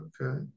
Okay